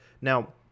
Now